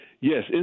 Yes